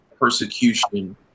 persecution